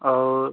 और